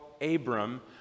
Abram